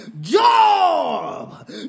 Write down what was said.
Job